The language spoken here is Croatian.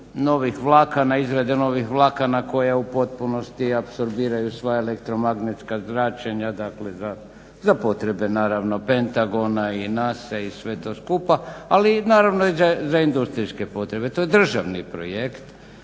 novih vlakana, izrade novih vlakana koja je u potpunosti apsorbiraju svoje elektromagnetska zračenja, dakle da za potrebe naravno Pentagona i NASA-e i sveg to skupa, ali i naravno i za industrijske potrebe. To je državni projekt,